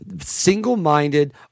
single-minded